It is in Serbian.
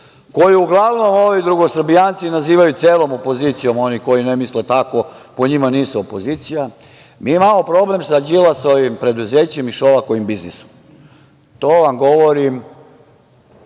koju uglavnom ovi drugosrbijanci nazivaju celom opozicijom, oni koji ne misle tako po njima nisu opozicija. Mi imamo problem sa Đilasovim preduzećem i Šolakovim biznisom. To vam govorim